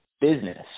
business